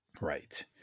Right